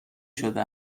شده